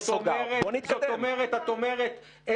אומרת,